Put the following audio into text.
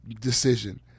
decision